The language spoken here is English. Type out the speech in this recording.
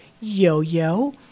Yo-Yo